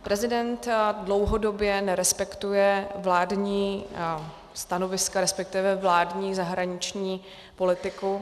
Prezident dlouhodobě nerespektuje vládní stanoviska, resp. vládní zahraniční politiku.